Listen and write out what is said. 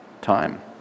time